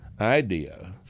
idea